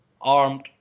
armed